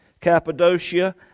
Cappadocia